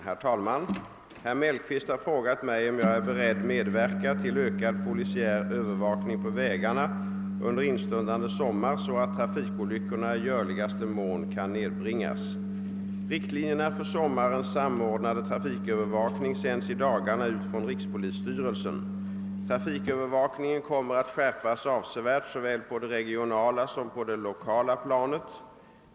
Herr talman! Herr Mellqvist har frågat mig, om jag är beredd medverka till ökad polisiär övervakning på vägarna under instundande sommar så att trafikolyckorna i görligaste mån kan nedbringas. Riktlinjerna för sommarens samordnade trafikövervakning sänds i dagarna ut från rikspolisstyrelsen. Trafikövervakningen kommer att skärpas avsevärt såväl på det regionala som på det lokala planet.